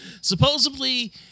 Supposedly